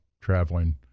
traveling